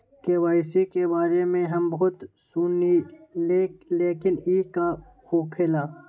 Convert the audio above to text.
KYC के बारे में हम बहुत सुनीले लेकिन इ का होखेला?